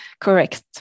correct